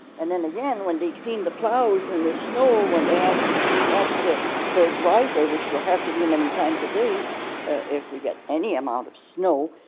and then again when they clean the plows and the snow, when they have to clean up their their driveway, which they'll have to do many times a day if we get any amount of snow,